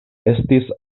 estis